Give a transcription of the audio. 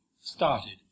started